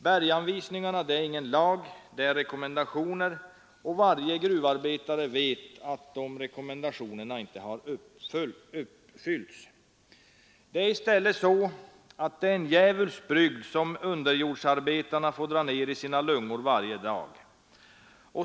Berganvisningarna är ingen lag utan endast rekommendationer, och varje gruvarbetare vet att den rekommendationen inte uppfylls. Det är i stället en djävulsk brygd som underjordsarbetarna får dra ner i sina lungor varje dag.